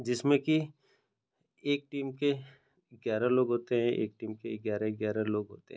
जिसमें कि एक टीम के ग्यारह लोग होते हैं एक टीम के ग्यारह ग्यारह लोग होते हैं